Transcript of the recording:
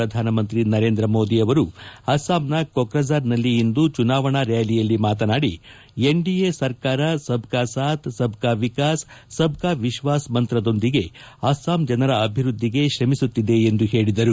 ಪ್ರಧಾನಮಂತ್ರಿ ನರೇಂದ್ರ ಮೋದಿ ಅವರು ಅಸ್ಸಾಂನ ಕೊಕ್ರಜಾರ್ನಲ್ಲಿ ಇಂದು ಚುನಾವಣಾ ರ್ಕಾಲಿಯಲ್ಲಿ ಮಾತನಾಡಿ ಎನ್ಡಿಎ ಸರ್ಕಾರ ಸಬ್ ಕಾ ಸಾಥ್ ಸಬ್ ಕಾ ವಿಕಾಸ್ ಸಬ್ ಕಾ ವಿಶ್ವಾಸ್ ಮಂತ್ರದೊಂದಿಗೆ ಅಸ್ಸಾಂ ಜನರ ಅಭಿವ್ಯಧಿಗೆ ಶ್ರಮಿಸುತ್ತಿದೆ ಎಂದು ಹೇಳಿದರು